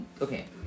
okay